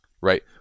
right